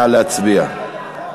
נא להצביע.